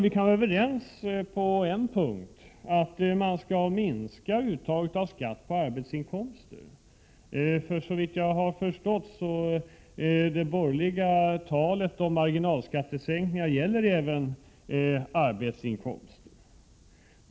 Vi kan vara överens på en punkt: att man skall minska uttaget av skatt på arbetsinkomster: såvitt jag förstår gäller det borgerliga talet om marginalskattesänkningar även arbetsinkomster.